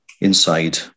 inside